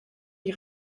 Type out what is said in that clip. die